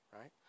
right